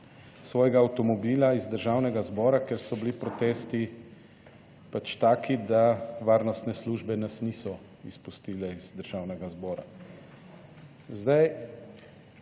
svojega avtomobila iz Državnega zbora, ker so bili protesti pač taki, da varnostne službe nas niso izpustile iz Državnega zbora. Zdaj